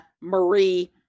Marie